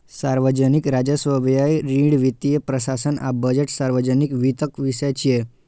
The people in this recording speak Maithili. सार्वजनिक राजस्व, व्यय, ऋण, वित्तीय प्रशासन आ बजट सार्वजनिक वित्तक विषय छियै